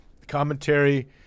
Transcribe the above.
commentary